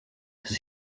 his